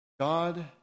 God